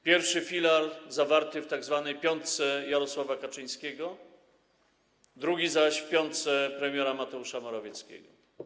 Pierwszy filar zawarty w tzw. piątce Jarosława Kaczyńskiego, drugi zaś w piątce premiera Mateusza Morawieckiego.